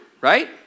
right